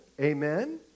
amen